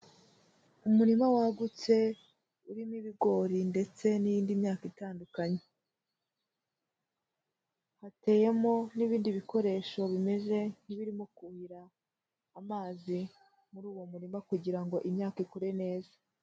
Umurima wagutse, urimo ibigori ndetse n'indi myaka itandukanye. Hateyemo n'ibindi bikoresho bimeze nk'ibirimo kuhira amazi muri uwo murima, kugira ngo imyaka ikure neza.